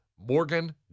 Morgan